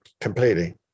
Completely